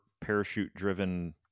parachute-driven